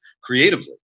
creatively